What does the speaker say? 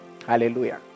Hallelujah